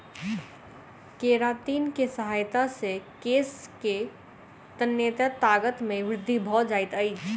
keratin के सहायता से केश के तन्यता ताकत मे वृद्धि भ जाइत अछि